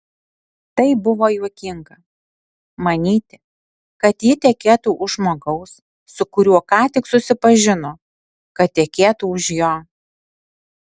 tai buvo juokinga manyti kad ji tekėtų už žmogaus su kuriuo ką tik susipažino kad tekėtų už jo